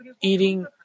eating